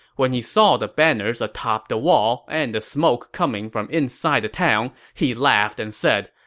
when he saw the banners atop the wall and the smoke coming from inside the town, he laughed and said,